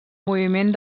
moviment